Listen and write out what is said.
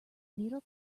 needle